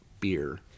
beer